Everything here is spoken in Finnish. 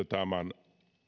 tämän